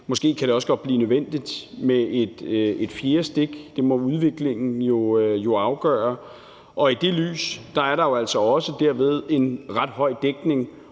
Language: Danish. måske også godt blive nødvendigt med et fjerde stik. Det må udviklingen jo afgøre. Set i det lys er der jo altså også derved en ret høj dækning,